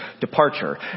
departure